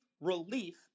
Relief